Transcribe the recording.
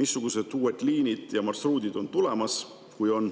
Missugused uued liinid ja marsruudid on tulemas, kui on?